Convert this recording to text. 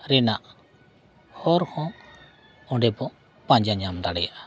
ᱨᱮᱱᱟᱜ ᱦᱚᱨ ᱦᱚᱸ ᱚᱸᱰᱮᱵᱚ ᱯᱟᱸᱡᱟ ᱧᱟᱢ ᱫᱟᱲᱮᱭᱟᱜᱼᱟ